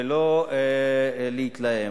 ולא להתלהם.